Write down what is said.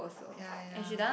ya ya ya